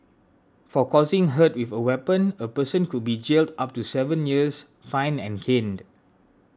for causing hurt with a weapon a person could be jailed up to seven years fined and caned